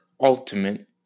ultimate